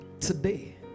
Today